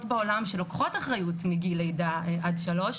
בעולם שלוקחות אחריות מגיל לידה על שלוש,